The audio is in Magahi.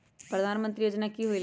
प्रधान मंत्री योजना कि होईला?